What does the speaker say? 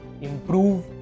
improve